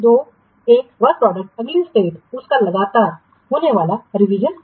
तो एक कार्य उत्पाद अगली स्टेट उसका अगला लगातार होने वाला रिवीजन है